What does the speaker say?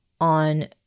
on